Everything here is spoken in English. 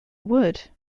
would